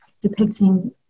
depicting